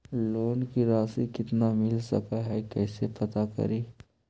Loan के रासि कितना मिल सक है कैसे पता करी?